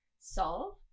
solve